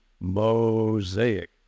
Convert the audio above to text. Mosaic